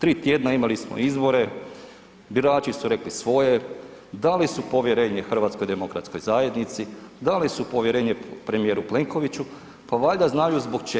Prije 3 tjedna imali smo izbore, birači su rekli svoje, dali su povjerenje HDZ-u, dali su povjerenje premijeru Plenkoviću, pa valjda znaju zbog čega.